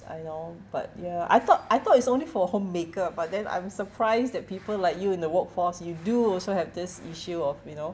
I know but ya I thought I thought it's only for homemaker but then I'm surprised that people like you in the workforce you do also have this issue of you know